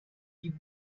die